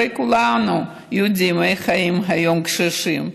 הרי כולנו יודעים איך חיים היום קשישים.